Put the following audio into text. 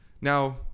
Now